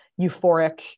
euphoric